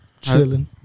Chilling